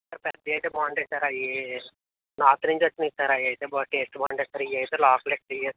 sir పెద్దవి అయితే బాగుంటాయి సార్ అవి నార్త్ నుంచి వచ్చినాయి సార్ అవి అయితే బా టేస్ట్ బాగుంటాయి సార్ ఇవి అయితే లోపల టేస్ట్